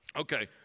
Okay